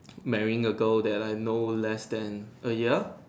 marrying a girl that I know less than a year